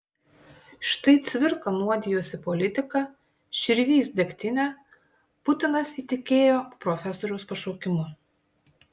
štai cvirka nuodijosi politika širvys degtine putinas įtikėjo profesoriaus pašaukimu